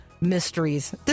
Mysteries